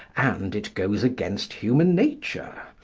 and it goes against human nature.